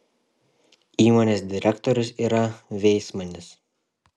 įmonės direktorius yra veismanis